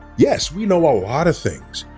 yes, we know a lot of things.